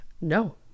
No